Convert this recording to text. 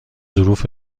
ظروف